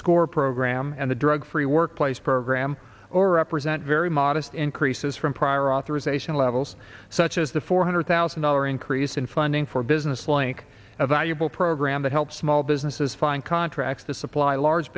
score program and the drug free workplace program or represent very modest increases from prior authorization levels so as the four hundred thousand dollar increase in funding for business link a valuable program that helps small businesses find contracts to supply large